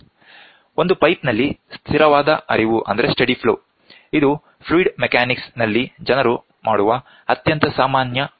ಒಂದು ಪೈಪ್ನಲ್ಲಿ ಸ್ಥಿರವಾದ ಹರಿವು ಇದು ಫ್ಲೂಯಿಡ್ ಮೆಕ್ಯಾನಿಕ್ಸ್ ನಲ್ಲಿ ಜನರು ಮಾಡುವ ಅತ್ಯಂತ ಸಾಮಾನ್ಯ ಪ್ರಯೋಗಗಳು